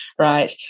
right